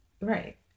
Right